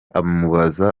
amubaza